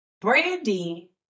Brandy